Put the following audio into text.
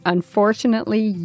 Unfortunately